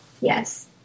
Yes